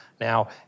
Now